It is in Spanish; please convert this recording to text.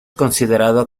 considerado